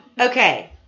Okay